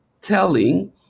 telling